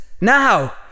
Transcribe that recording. now